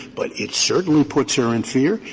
but it certainly puts her in fear.